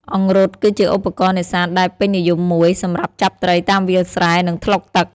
អង្រុត គឺជាឧបករណ៍នេសាទដែលពេញនិយមមួយ សម្រាប់ចាប់ត្រីតាមវាលស្រែ និងថ្លុកទឹក។